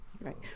Right